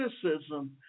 criticism